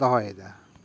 ᱫᱚᱦᱚᱭ ᱫᱟ